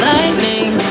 Lightning